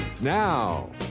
Now